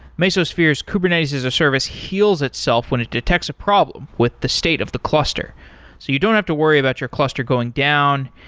mesosphere's kubernetes as a service heals itself when it detects a problem with the state of the cluster, so you don't have to worry about your cluster going down.